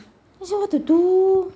also what to do